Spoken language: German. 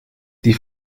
die